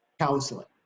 counseling